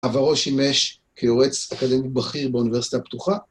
בעברו שימש כיועץ אקדמי בכיר באוניברסיטה הפתוחה.